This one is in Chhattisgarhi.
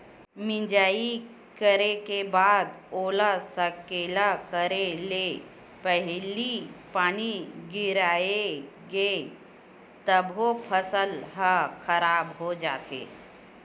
मिजई करे के बाद ओला सकेला करे ले पहिली पानी गिरगे तभो फसल ह खराब हो जाथे